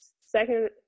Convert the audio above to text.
second